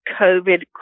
COVID